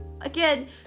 Again